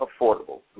affordable